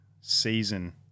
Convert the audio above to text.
season